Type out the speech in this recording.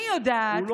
אני יודעת,